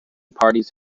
parties